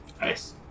Nice